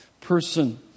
person